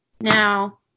Now